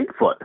Bigfoot